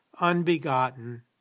unbegotten